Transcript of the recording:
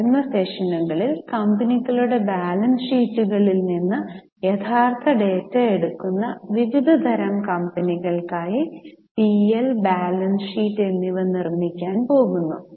വരുന്ന സെഷനുകളിൽ കമ്പനികളുടെ ബാലൻസ് ഷീറ്റുകളിൽ നിന്ന് യഥാർത്ഥ ഡാറ്റ എടുക്കുന്ന വിവിധ തരം കമ്പനികൾക്കായി പി എൽ ബാലൻസ് ഷീറ്റ് എന്നിവ നിർമ്മിക്കാൻ പോകുന്നു